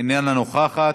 אינה נוכחת.